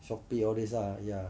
Shopee all these ah ya